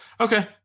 okay